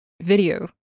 video